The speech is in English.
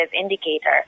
indicator